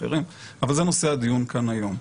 אחרים אבל זה נושא הדיון כאן היום.